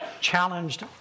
challenged